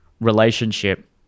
relationship